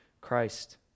Christ